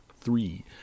Three